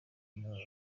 n’abana